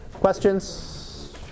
Questions